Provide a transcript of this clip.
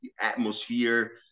atmosphere